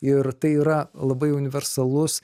ir tai yra labai universalus